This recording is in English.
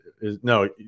No